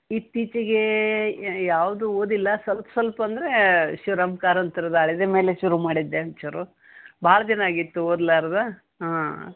ಇತ್ತೀಚಿಗೆ ಯಾವುದೂ ಓದಿಲ್ಲ ಸ್ವಲ್ಪ ಸ್ವಲ್ಪ ಅಂದರೆ ಶಿವರಾಮ್ ಕಾರಂತ್ರದ್ದು ಅಳಿದ ಮೇಲೆ ಶುರು ಮಾಡಿದ್ದೆ ಒಂದ್ಚೂರು ಭಾಳ ದಿನ ಆಗಿತ್ತು ಓದ್ಲಾರದೆ ಹಾಂ